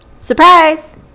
Surprise